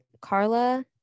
carla